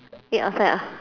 eat outside ah